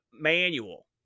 manual